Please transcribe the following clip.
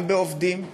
גם בעובדים רגילים,